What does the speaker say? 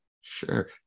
Sure